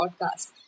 Podcast